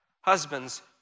husbands